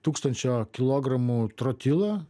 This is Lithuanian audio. tūkstančio kilogramų trotilo